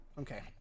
Okay